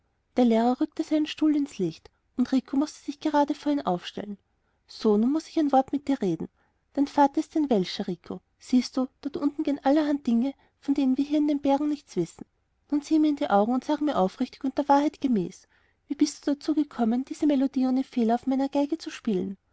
der lehrer rückte seinen stuhl ins licht und rico mußte sich gerade vor ihm aufstellen so nun muß ich ein wort mit dir reden dein vater ist ein welscher rico und siehst du dort unten gehen allerhand dinge von denen wir hier in den bergen nichts wissen nun sieh mir in die augen und sag mir aufrichtig und der wahrheit gemäß wie bist du dazu gekommen diese melodie ohne fehler auf meiner geige zu spielen